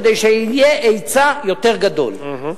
כדי שיהיה היצע יותר גדול.